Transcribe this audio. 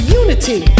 unity